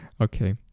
Okay